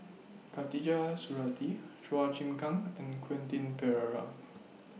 Khatijah Surattee Chua Chim Kang and Quentin Pereira